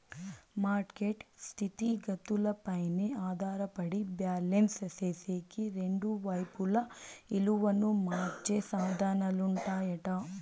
market స్థితిగతులపైనే ఆధారపడి balance సేసేకి రెండు వైపులా ఇలువను మార్చే సాధనాలుంటాయట